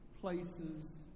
places